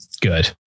good